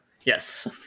Yes